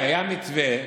היה מתווה,